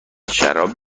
شراب